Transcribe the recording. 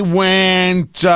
went